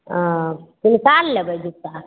हॅं किनका लए लेबै जूता